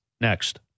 Next